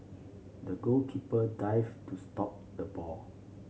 the goalkeeper dived to stop the ball